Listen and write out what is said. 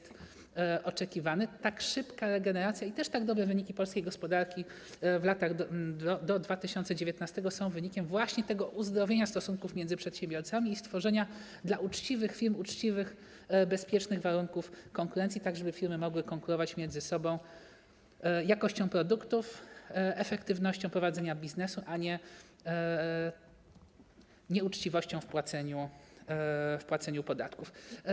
Tak szybka regeneracja i tak dobre wyniki polskiej gospodarki do 2019 r. są wynikiem właśnie tego uzdrowienia stosunków między przedsiębiorcami i stworzenia dla uczciwych firm uczciwych, bezpiecznych warunków konkurencji, tak żeby firmy mogły konkurować między sobą jakością produktów, efektywnością prowadzenia biznesu, a nie nieuczciwością w płaceniu podatków.